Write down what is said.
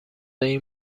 این